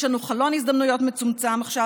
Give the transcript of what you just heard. יש לנו חלון הזדמנויות מצומצם עכשיו,